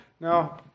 Now